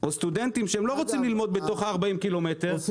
או סטודנטים שלא רוצים ללמוד בתוך ה-40 ק"מ.